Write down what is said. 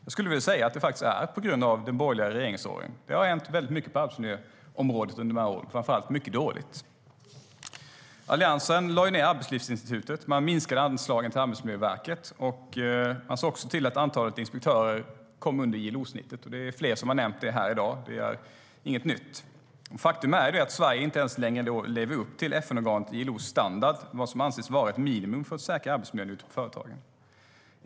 Jag skulle vilja säga att det beror på de borgerliga regeringsåren. Det har hänt väldigt mycket på arbetsmiljöområdet under de här åren, framför allt mycket dåligt. Alliansen lade ned Arbetslivsinstitutet och minskade anslagen till Arbetsmiljöverket. Man såg också till att antalet inspektörer hamnade under ILO-snittet, vilket flera har nämnt här i dag. Det är inget nytt. Faktum är att Sverige inte längre ens lever upp till FN-organet ILO:s minimistandard för vad som anses behövas för att säkra arbetsmiljön ute på företagen.